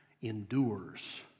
endures